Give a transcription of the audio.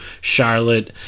Charlotte